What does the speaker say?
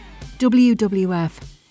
WWF